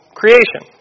creation